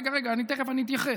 רגע, רגע, תכף אני אתייחס.